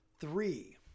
three